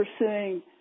pursuing